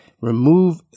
Remove